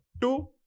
Two